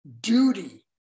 duty